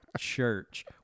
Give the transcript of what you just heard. Church